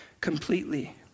completely